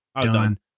done